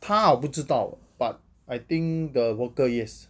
他我不知道 but I think the worker yes